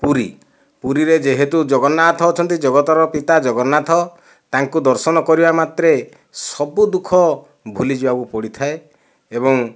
ପୁରୀ ପୁରୀରେ ଯେହେତୁ ଜଗନ୍ନାଥ ଅଛନ୍ତି ଜଗତର ପିତା ଜଗନ୍ନାଥ ତାଙ୍କୁ ଦର୍ଶନ କରିବା ମାତ୍ରେ ସବୁ ଦୁଃଖ ଭୁଲି ଯିବାକୁ ପଡ଼ିଥାଏ ଏବଂ